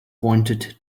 pointed